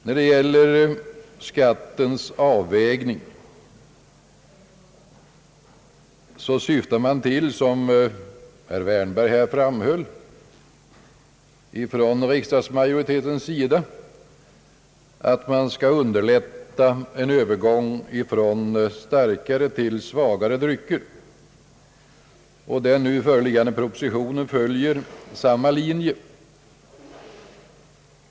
När det gäller skattens avvägning syftar man till, som herr Wärnberg framhöll, från utskottsmajoritetens sida att underlätta en övergång från starkare till svagare drycker. Den nu föreliggande propositionen följer samma linje.